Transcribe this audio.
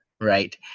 Right